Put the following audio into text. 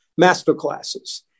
masterclasses